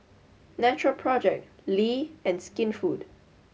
natural project Lee and Skinfood